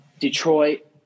Detroit